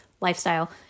lifestyle